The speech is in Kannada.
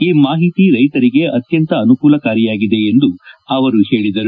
ಈ ಮಾಹಿತಿ ರೈತರಿಗೆ ಅತ್ಯಂತ ಅನುಕೂಲಕಾರಿಯಾಗಿದೆ ಎಂದು ಅವರು ಹೇಳಿದರು